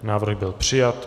Návrh byl přijat.